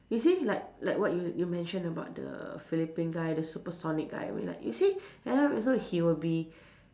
you see like like what you you mention about the Philippine guy the super solid guy I mean like you see end up also he will be